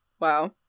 Wow